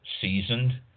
seasoned